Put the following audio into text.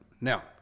Now